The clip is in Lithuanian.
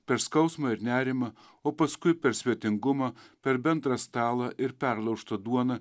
per skausmą ir nerimą o paskui per svetingumą per bendrą stalą ir perlaužtą duoną